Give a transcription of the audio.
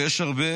ושיש הרבה